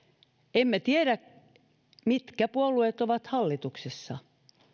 emme tiedä mitkä puolueet ovat hallituksessa